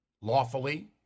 lawfully